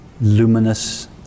luminous